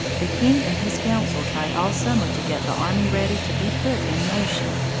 the king and his council tried all summer to get the army ready to be put in motion.